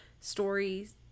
stories